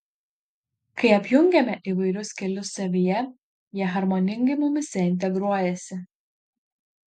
kai apjungiame įvairius kelius savyje jie harmoningai mumyse integruojasi